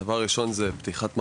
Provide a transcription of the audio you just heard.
הנושא הראשון הוא פתיחת מחברות.